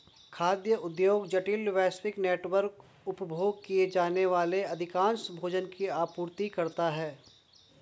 खाद्य उद्योग जटिल, वैश्विक नेटवर्क, उपभोग किए जाने वाले अधिकांश भोजन की आपूर्ति करता है